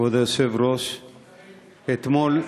כבוד היושב-ראש, אתמול,